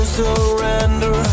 surrender